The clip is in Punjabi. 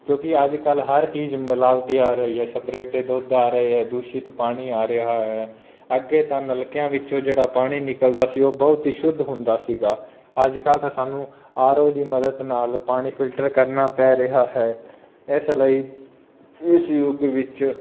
ਕਿਉਂਕਿ ਅੱਜ ਕੱਲ੍ਹ ਹਰ ਚੀਜ਼ ਮਿਲਾਵਟੀ ਆ ਰਹੀ ਹੈ ਸਪਰੇਟੇ ਦੁੱਧ ਆ ਰਹੇ ਹੈ ਦੂਸ਼ਿਤ ਪਾਣੀ ਆ ਰਿਹਾ ਹੈ ਅੱਗੇ ਤਾਂ ਨਲਕਿਆਂ ਵਿੱਚੋਂ ਜਿਹੜਾ ਪਾਣੀ ਨਿਕਲਦਾ ਸੀ ਉਹ ਬਹੁਤ ਹੀ ਸ਼ੁੱਧ ਹੁੰਦਾ ਸੀਗਾ ਅੱਜ ਕੱਲ੍ਹ ਦਾ ਸਾਨੂੰ ਆਰ ਓ ਦੀ ਮਦਦ ਨਾਲ ਪਾਣੀ ਫਿਲਟਰ ਕਰਨਾ ਪੈ ਰਿਹਾ ਹੈ ਇਸ ਲਈ ਇਸ ਯੁੱਗ ਵਿੱਚ